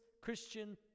Christian